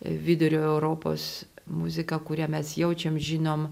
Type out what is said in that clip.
vidurio europos muziką kuria mes jaučiam žinom